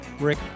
Rick